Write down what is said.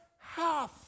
half